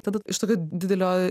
tada iš tokio didelio